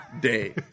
Day